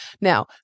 Now